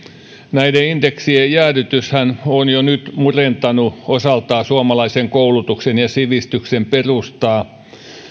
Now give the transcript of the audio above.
näiden indeksien jäädytyshän on jo nyt murentanut osaltaan suomalaisen koulutuksen ja sivistyksen perustaa